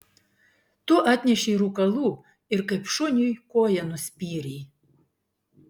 tu atnešei rūkalų ir kaip šuniui koja nuspyrei